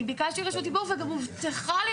אני ביקשתי רשות דיבור וגם הובטחה לי